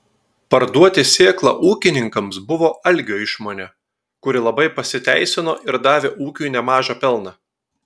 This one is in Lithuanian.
parduoti sėklą ūkininkams buvo algio išmonė kuri labai pasiteisino ir davė ūkiui nemažą pelną